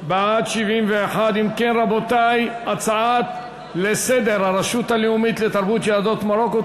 ההצעה להפוך את הצעת חוק הרשות הלאומית לתרבות יהדות מרוקו,